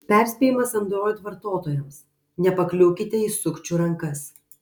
perspėjimas android vartotojams nepakliūkite į sukčių rankas